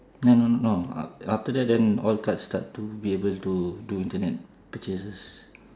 no no no no af~ after that then all cards start to be able to do internet purchases